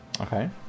Okay